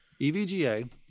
EVGA